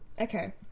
Okay